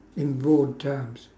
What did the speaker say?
in broad terms